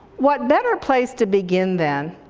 what better place to begin then,